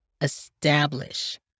establish